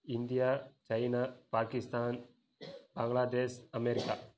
India China Pakistan Bangladesh America